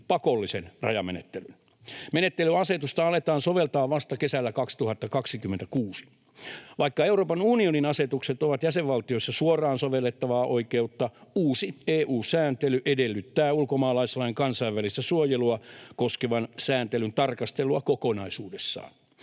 pakollisen rajamenettelyn. Menettelyasetusta aletaan soveltaa vasta kesällä 2026. Vaikka Euroopan unionin asetukset ovat jäsenvaltioissa suoraan sovellettavaa oikeutta, uusi EU-sääntely edellyttää ulkomaalaislain kansainvälistä suojelua koskevan sääntelyn tarkastelua kokonaisuudessaan.